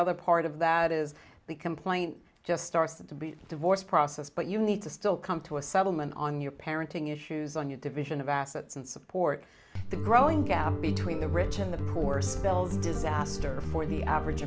other part of that is the complaint just starts to be a divorce process but you need to still come to a settlement on your parenting issues on your division of assets and support the growing gap between the rich and the poor spells disaster for the average